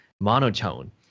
monotone